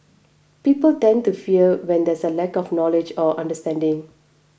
people tend to fear when there is a lack of knowledge or understanding